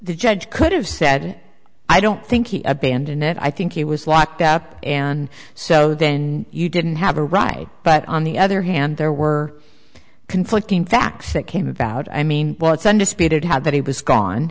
the judge could have said i don't think he abandoned it i think he was locked up and so then you didn't have a right but on the other hand there were conflicting facts that came about i mean it's undisputed had that he was gone